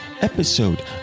episode